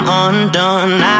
undone